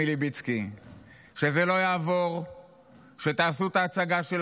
ממשלה גרועה בכל אמת מידה: ממשלה אשר התרשלה בעניין האלימות והפשיעה,